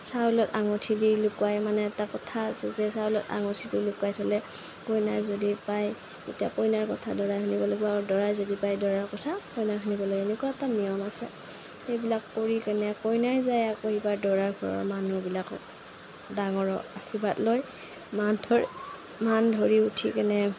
চাউলত আঙুঠি দি লুকুৱাই মানে তাত কথা আছে যে চাউলত আঙুঠিটো লুকুৱাই থ'লে কইনাই যদি পাই তেতিয়া কইনাৰ কথা দৰাই শুনিব লাগিব আৰু দৰাই যদি পাই দৰাৰ কথা কইনাই শুনিব লাগিব এনেকুৱা এটা নিয়ম আছে সেইবিলাক কৰি কেনে কইনাই যায় আকৌ এবাৰ দৰা ঘৰৰ মানুহবিলাকক ডাঙৰৰ আৰ্শীবাদ লয় মান ধৰে মান ধৰি উঠি কেনে